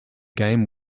game